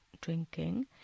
drinking